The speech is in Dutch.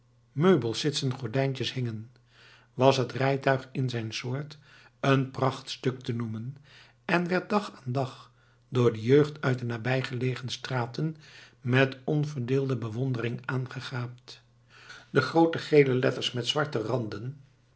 meubelsitsen gordijntjes hingen was het rijtuig in zijn soort een prachtstuk te noemen en werd dag aan dag door de jeugd uit de naastbijliggende straten met onverdeelde bewondering aangegaapt de groote gele letters met zwarte randen